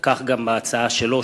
וכך גם בהצעה שלו,